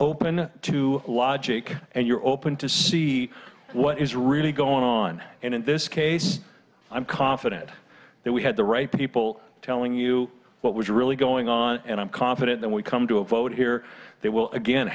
open to logic and you're open to see what is really going on in this case i'm confident that we had the right people telling you what was really going on and i'm confident that we come to a vote here that will again